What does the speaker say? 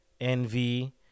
envy